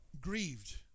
Grieved